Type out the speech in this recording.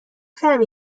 فهمی